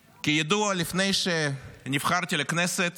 כידוע, לפני שנבחרתי לכנסת